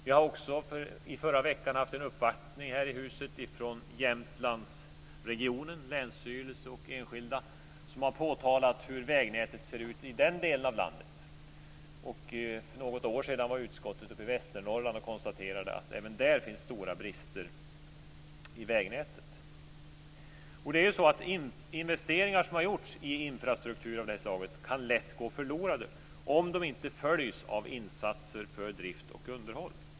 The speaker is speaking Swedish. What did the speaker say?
Vi har också i förra veckan haft en uppvaktning här i riksdagshuset från Jämtlandsregionen, länsstyrelse och enskilda, som har påtalat hur vägnätet ser ut i den delen av landet. För något år sedan var utskottet i Västernorrland och konstaterade att även där finns stora brister i vägnätet. Investeringar som har gjorts i infrastruktur av detta slag lätt gå förlorade om de inte följs av insatser för drift och underhåll.